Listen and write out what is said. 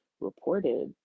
reported